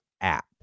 app